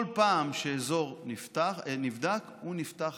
כל פעם שאזור נבדק הוא נפתח